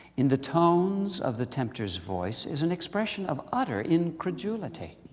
in the tones of the tempter's voice is an expression of utter incredulity.